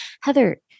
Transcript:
Heather